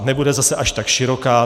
Nebude zase až ta široká.